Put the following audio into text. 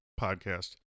podcast